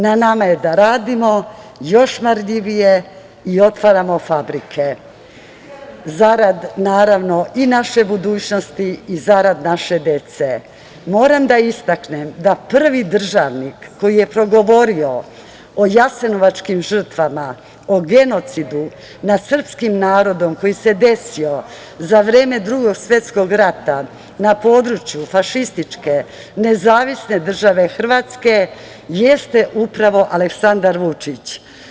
Na nama je da radimo još marljivije i otvaramo fabrike, zarad, naravno i naše budućnosti i zarad naše dece.“ Moram da istaknem da prvi državnik koji je progovorio o jasenovačkim žrtvama, o genocidu nad srpskim narodom koji se desio za vreme Drugog svetskog rata na području fašističke nezavisne države Hrvatske jeste upravo Aleksandar Vučić.